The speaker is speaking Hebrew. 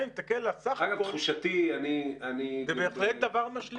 זה בהחלט דבר משלים.